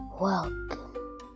welcome